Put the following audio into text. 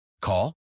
Call